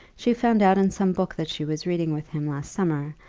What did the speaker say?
she found out in some book that she was reading with him last summer,